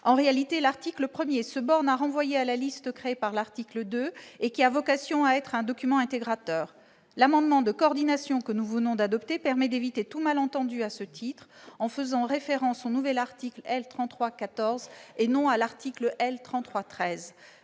En réalité, l'article 1 se borne à renvoyer à la liste créée par l'article 2 et qui a vocation à être un document intégrateur. L'amendement de coordination que nous venons d'adopter permet d'éviter tout malentendu à ce titre, en faisant référence au nouvel article L. 33-14 du code des